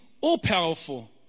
all-powerful